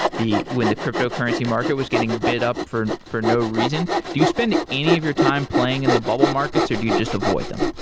when the cryptocurrency market was getting bid up for for no reason, do you spend any of your time playing in the bubble markets or do you just avoid them?